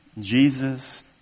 Jesus